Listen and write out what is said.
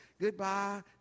goodbye